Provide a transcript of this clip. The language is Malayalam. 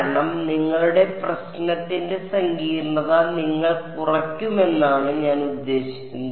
കാരണം നിങ്ങളുടെ പ്രശ്നത്തിന്റെ സങ്കീർണ്ണത നിങ്ങൾ കുറയ്ക്കുമെന്നാണ് ഞാൻ ഉദ്ദേശിക്കുന്നത്